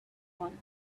one